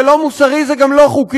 זה לא מוסרי, זה גם לא חוקי.